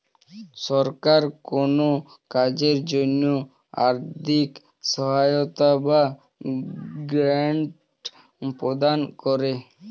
সরকার কোন কাজের জন্য আর্থিক সহায়তা বা গ্র্যান্ট প্রদান করে